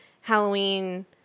Halloween